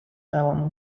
elim